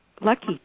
lucky